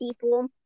people